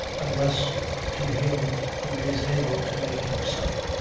unless to him who is able to make him so.